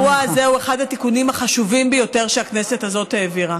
והאירוע הזה הוא אחד התיקונים החשובים ביותר שהכנסת הזאת העבירה.